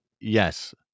yes